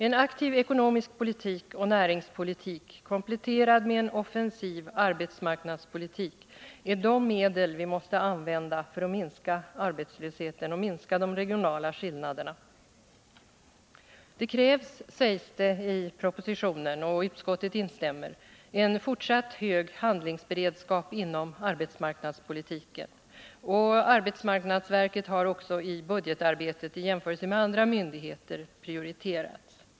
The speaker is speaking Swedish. En aktiv ekonomisk politik och näringspolitik kompletterad med en offensiv arbetsmarknadspolitik är de medel vi måste använda för att minska arbetslösheten och minska de regionala skillnaderna. Det krävs, sägs det i propositionen, och utskottet instämmer, en fortsatt hög handlingsberedskap inom arbetsmarknadspolitiken, och arbetsmarknadsverket har också prioriterats i budgetarbetet i jämförelse med andra myndigheter.